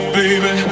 baby